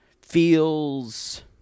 feels